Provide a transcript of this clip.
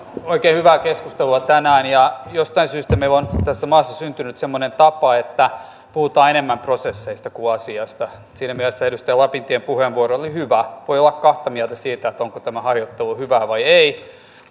oikein hyvää keskustelua tänään ja jostain syystä meillä on tässä maassa syntynyt semmoinen tapa että puhutaan enemmän prosesseista kuin asiasta siinä mielessä edustaja lapintien puheenvuoro oli hyvä voi olla kahta mieltä siitä onko tämä harjoittelu hyvää vai ei